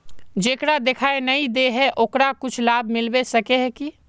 जेकरा दिखाय नय दे है ओकरा कुछ लाभ मिलबे सके है की?